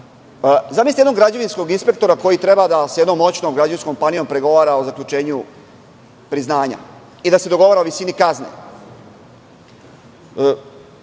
zamislite jednog građevinskog inspektora koji treba da sa jednom moćnom građevinskom kompanijom pregovara o zaključenju priznanja i da se dogovara o visini kazne,